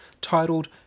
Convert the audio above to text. titled